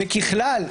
וככלל,